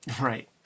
Right